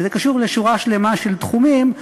זה קשור לשורה שלמה של תחומים,